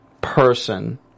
person